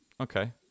Okay